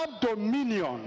dominion